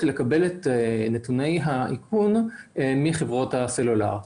לקבל את נתוני האיכון מחברות הסלולר.